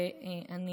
ואני